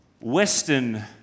Western